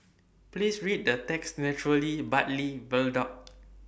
Please Read The texture truly Bartley Viaduct